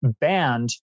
banned